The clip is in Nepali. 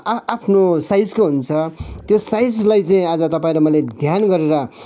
आ आफ्नो साइजको हुन्छ त्यो साइजलाई चाहिँ आज तपाईँ र मैले ध्यान गरेर